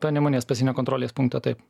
panemunės pasienio kontrolės punktą taip